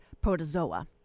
protozoa